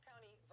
County